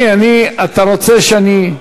בסדר.